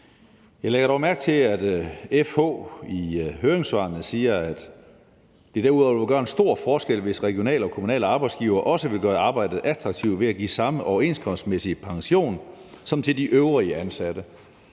Jeg lægger dog mærke til, at FH i deres høringssvar siger, at det derudover ville gøre en stor forskel, hvis regionale og kommunale arbejdsgivere også ville gøre arbejdet attraktivt ved at give samme overenskomstmæssige pension som til de øvrige ansatte.